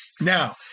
Now